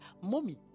Mommy